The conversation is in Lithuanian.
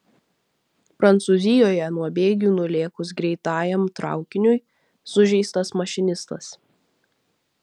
prancūzijoje nuo bėgių nulėkus greitajam traukiniui sužeistas mašinistas